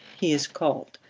he is called,